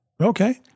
Okay